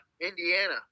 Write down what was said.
Indiana